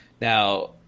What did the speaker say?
Now